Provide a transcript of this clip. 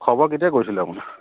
খবৰ কেতিয়া কৰিছিলে আপুনি